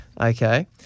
Okay